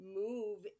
move